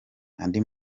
andi